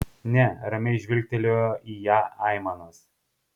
ne ramiai žvilgtelėjo į ją aimanas